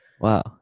Wow